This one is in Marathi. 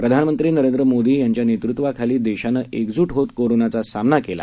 प्रधानमंत्रीनरेंद्रमोदीयांच्यानेतृत्वाखालीदेशानेएकजू हीतकोरोनाचासामनाकेला